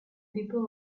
people